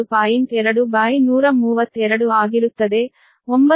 2132 ಆಗಿರುತ್ತದೆ 9